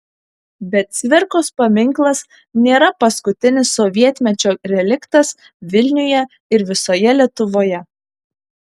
bet cvirkos paminklas nėra paskutinis sovietmečio reliktas vilniuje ir visoje lietuvoje